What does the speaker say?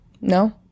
No